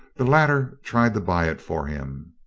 the latter tried to buy it for him.